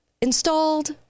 installed